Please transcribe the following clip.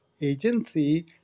agency